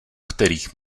kterých